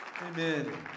Amen